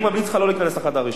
אני ממליץ לך לא להיכנס לחדר עישון.